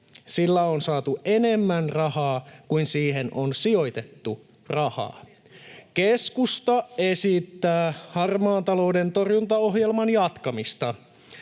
Sillä on saatu enemmän rahaa kuin siihen on sijoitettu rahaa. Keskusta esittää harmaan talouden torjuntaohjelman jatkamista.